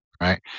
right